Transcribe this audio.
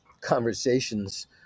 conversations